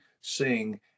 sing